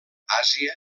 àsia